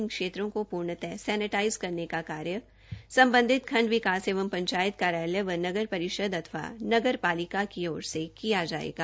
इन क्षेत्रों को पूर्णतया सेनेटाइज करने का कार्य संबंधित खंड विकास एवं पंचायत कार्यालय व नगर परिषद अथवा नगर पालिका की ओर से किया जाएगा